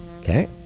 Okay